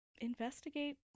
investigate